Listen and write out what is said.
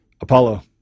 Apollo